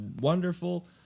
wonderful